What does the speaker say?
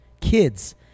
kids